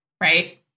Right